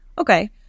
Okay